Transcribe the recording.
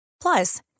Plus